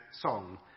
song